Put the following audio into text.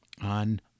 on